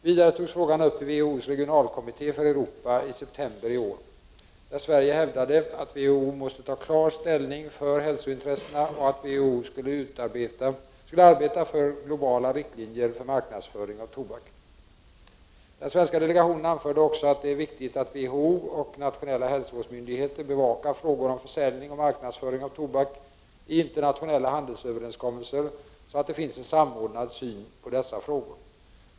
Vidare togs frågan upp i WHO:s regionalkommitté för Europa i september i år, där Sverige hävdade att WHO skulle arbete för globala riktlinjer för marknadsföring av tobak. Den svenska delegationen anförde också att det är viktigt att WHO och nationella hälsovårdsmyndigheter bevakar frågor om försäljning och marknadsföring av tobak i internationella handelsöverenskommelser så att det finns en samordnad syn på dessa frågor.